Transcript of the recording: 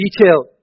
detail